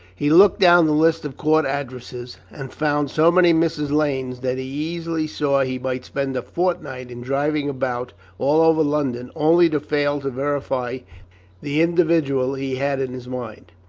he looked down the list of court addresses, and found so many mrs. lanes that he easily saw he might spend a fortnight in driving about all over london, only to fail to verify the individual he had in his mind.